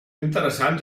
interessants